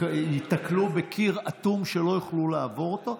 ייתקלו בקיר אטום שלא יוכלו לעבור אותו.